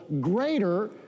greater